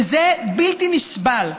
וזה בלתי נסבל.